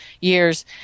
years